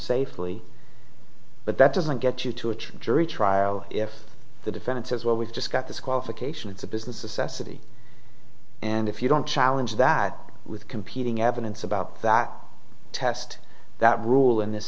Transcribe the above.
safely but that doesn't get you to a true jury trial if the defense says well we've just got this qualification it's a business assess a t and if you don't challenge that with competing evidence about that test that rule in this